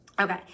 Okay